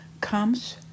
comes